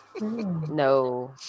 No